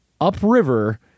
upriver